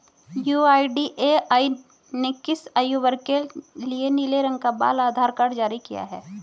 UIDAI ने किस आयु वर्ग के लिए नीले रंग का बाल आधार कार्ड जारी किया है?